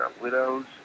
widows